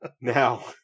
Now